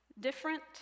different